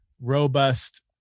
robust